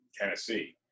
Tennessee